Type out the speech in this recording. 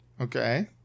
okay